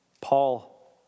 Paul